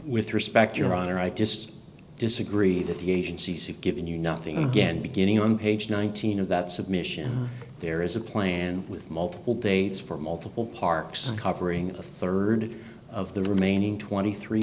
with respect your honor i just disagree that the agency said given you nothing again beginning on page nineteen of that submission there is a plan with multiple dates for multiple parks covering a rd of the remaining twenty three